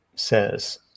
says